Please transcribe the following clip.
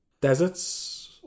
Deserts